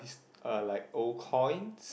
is uh like old coin